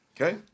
Okay